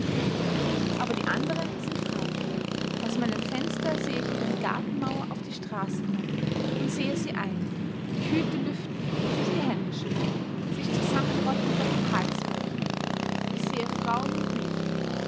aber die anderen sind frei aus meinem fenster sehe ich über die gartenmauer auf die straße hinab und sehe sie eilen die hüte lüften sich die hände schütteln sich zusammenrotten vor dem tagesbericht ich sehe frauen und mädchen